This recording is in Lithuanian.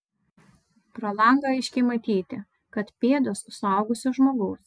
pro langą aiškiai matyti kad pėdos suaugusio žmogaus